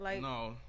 No